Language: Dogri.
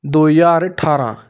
दो ज्हार ठरांह